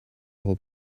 whole